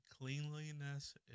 Cleanliness